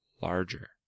larger